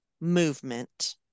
movement